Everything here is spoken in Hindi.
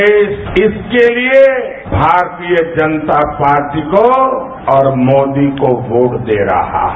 देशहित के लिए भारतीय जनता पार्टी को और मोदी को वोट दे रहा हैं